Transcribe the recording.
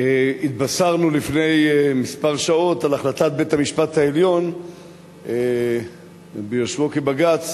התבשרנו לפני כמה שעות על החלטת בית-המשפט העליון ביושבו כבג"ץ